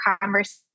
conversation